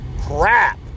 crap